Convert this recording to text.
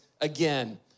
again